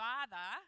Father